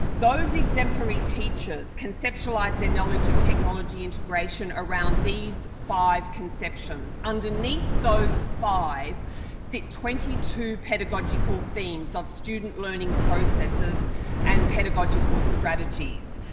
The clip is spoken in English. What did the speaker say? those exemplary teachers conceptualised their knowledge of technology integration around these five conceptions. underneath those five sit twenty two pedagogical themes of student learning processes and pedagogical strategies.